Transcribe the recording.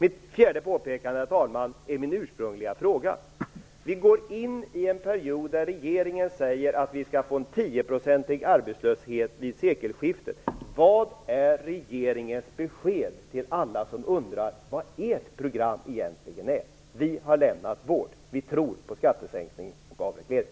Mitt fjärde påpekande är min ursprungliga fråga. Vi går in i en period där regeringen säger att vi skall få 10 % arbetslöshet vid sekelskiftet. Vad är regeringens besked till alla som undrar vad ert program egentligen är? Vi har lämnat vårt. Vi tror på skattesänkning och avreglering.